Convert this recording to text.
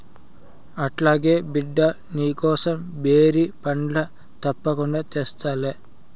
అట్లాగే బిడ్డా, నీకోసం బేరి పండ్లు తప్పకుండా తెస్తాలే